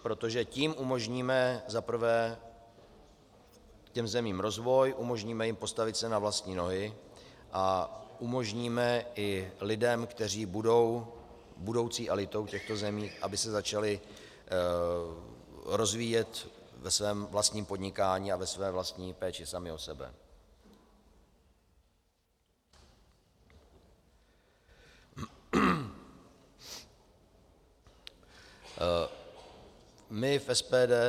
Protože tím umožníme za prvé těm zemím rozvoj, umožníme jim postavit se na vlastní nohy a umožníme i lidem, kteří budou budoucí elitou těchto zemí, aby se začali rozvíjet ve svém vlastním podnikání a ve své vlastní péči sami o sebe.